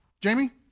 Jamie